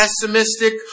pessimistic